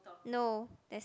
no